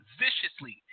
viciously